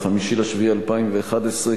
5 ביולי 2011,